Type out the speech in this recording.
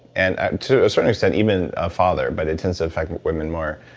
and and to a certain extent, even a father, but it tends to affect women more.